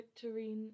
Victorine